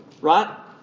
Right